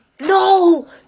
No